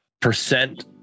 percent